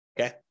Okay